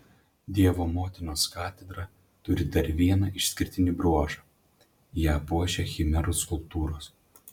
dievo motinos katedra turi dar vieną išskirtinį bruožą ją puošia chimerų skulptūros